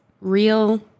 real